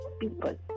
people